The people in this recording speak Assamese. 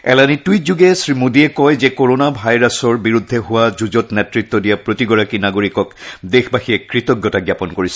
এলানি টুইটযোগে শ্ৰীমোদীয়ে কয় যে কৰোনা ভাইৰাছৰ বিৰুদ্ধে হোৱা যুঁজত নেতৃত্ব দিয়া প্ৰতিগৰাকী নাগৰিকক দেশবাসীয়ে কৃতজ্ঞতা জ্ঞাপন কৰিছে